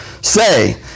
say